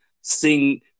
sing